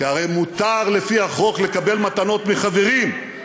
כי הרי מותר לפי החוק לקבל מתנות מחברים,